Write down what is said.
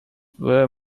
were